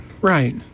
Right